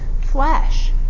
flesh